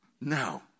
No